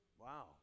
Wow